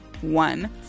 one